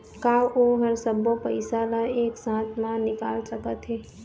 का ओ हर सब्बो पैसा ला एक साथ म निकल सकथे?